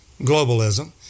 globalism